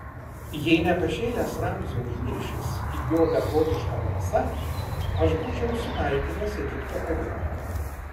jei ne pašėlęs ramzio įniršis ir jo beprotiška drąsa aš būčiau sunaikinęs egipto kariuomenę